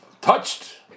touched